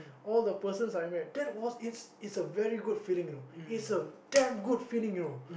all the persons I met that was it's it's a very good feeling you know it's a damn good feeling you know